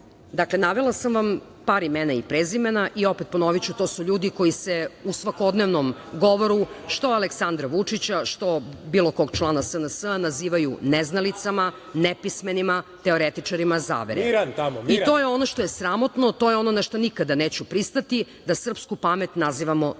navela sam vam par imena i prezimena. Ponoviću, to su ljudi koji se u svakodnevnom govoru, što Aleksandra Vučića, što bilo kog člana SNS-a, nazivaju neznalicama, nepismenima, teoretičarima zavere i to je ono što je sramotno, to je ono na šta nikada neću pristati, da srpsku pamet nazivamo neznalicama. Zoran